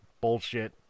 bullshit